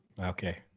Okay